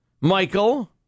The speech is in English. Michael